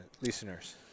Listeners